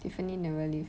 tiffany never leave